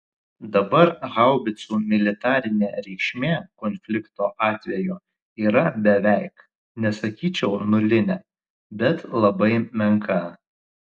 dabar haubicų militarinė reikšmė konflikto atveju yra beveik nesakyčiau nulinė bet labai menka